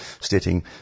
stating